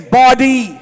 body